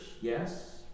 yes